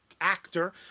actor